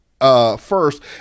first